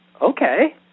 Okay